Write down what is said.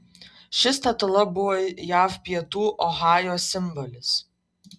ši statula buvo jav pietų ohajo simbolis